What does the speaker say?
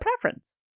preference